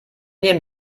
nehmen